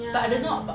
ya